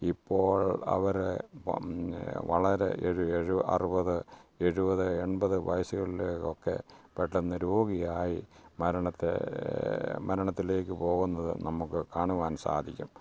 ഇപ്പോൾ അവര് വളരെ അറുപത് എഴുപത് എൺപത് വയസ്സുകളില് ഒക്കെ പെട്ടെന്ന് രോഗിയായി മരണത്തെ മരണത്തിലേക്ക് പോകുന്നതും നമുക്ക് കാണുവാൻ സാധിക്കും